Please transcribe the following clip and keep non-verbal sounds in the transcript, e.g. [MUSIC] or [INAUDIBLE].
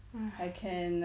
[NOISE]